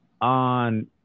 on